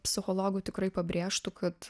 psichologų tikrai pabrėžtų kad